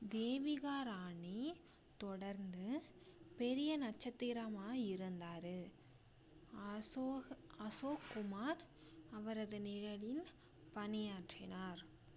தேவிகா ராணி தொடர்ந்து பெரிய நட்சத்திரமாக இருந்தார் அசோக் அசோக் குமார் அவரது நிழலில் பணியாற்றினார்